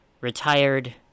retired